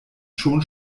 schon